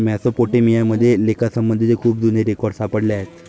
Mesopotamia मध्ये लेखासंबंधीचे खूप जुने रेकॉर्ड सापडले आहेत